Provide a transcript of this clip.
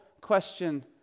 question